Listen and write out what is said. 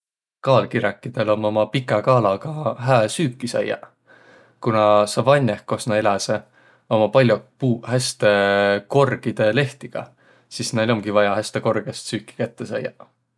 Kaalkiräkidel om uma pikä kaalaga hää süüki saiaq. Kuna savanneh, kos nä eläseq, ommaq pall'oq puuq häste korgidõ lehtiga, sis näil omgi häste korgõst vaia süüki kätte saiaq.